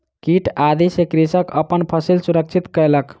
कीट आदि सॅ कृषक अपन फसिल सुरक्षित कयलक